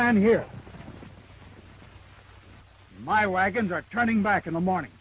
man here my wagons are trying back in the morning